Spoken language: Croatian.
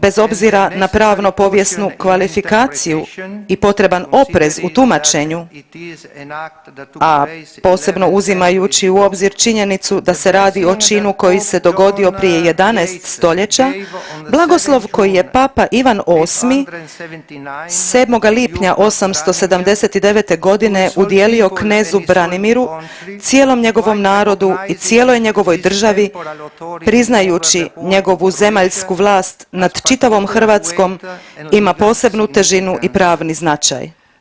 Bez obzira na pravno povijesnu kvalifikaciju i potreban oprez u tumačenju, a posebno uzimajući u obzir činjenicu da se radi o činu koji se dogodio prije 11 stoljeća blagoslov koji je Papa Ivan VIII 7. lipnja 879. godine udijelio knezu Branimiru, cijelom njegovom narodu i cijeloj njegovoj državi priznajući njegovu zemaljsku vlast nad čitavom Hrvatskom ima posebnu težinu i pravni značaj.